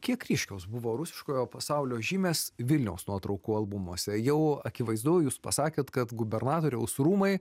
kiek ryškios buvo rusiškojo pasaulio žymės vilniaus nuotraukų albumuose jau akivaizdu jūs pasakėt kad gubernatoriaus rūmai